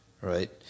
right